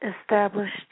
established